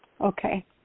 Okay